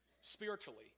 spiritually